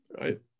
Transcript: right